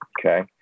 Okay